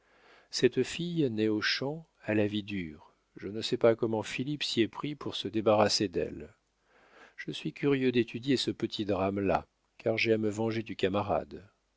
cette fille née aux champs a la vie dure je ne sais pas comment philippe s'y est pris pour se débarrasser d'elle je suis curieux d'étudier ce petit drame là car j'ai à me venger du camarade